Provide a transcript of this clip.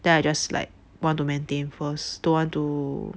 then I just like want to maintain first don't want to